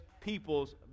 people's